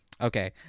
Okay